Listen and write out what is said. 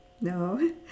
No